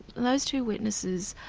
those two witnesses,